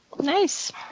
Nice